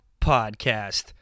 Podcast